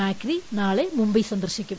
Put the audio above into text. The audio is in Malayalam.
മാക്രി നാളെ മുംബൈ സന്ദർശിക്കും